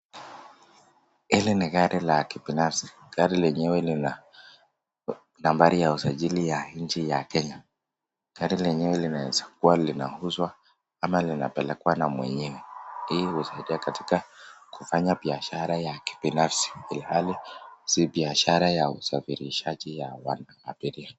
Hili ni gari la kibinafsi. Gari lenyewe lina nambari ya usajili ya nchi ya Kenya. Gari lenyewe linaweza kuwa linauzwa ama linapelekwa na mwenyewe. Hii husaidia katika kufanya biashara ya kibinafsi ilhali si biashara ya usafirishaji ya wanaabiria.